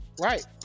Right